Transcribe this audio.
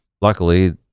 Luckily